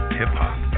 hip-hop